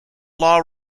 law